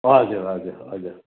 हजुर हजुर हजुर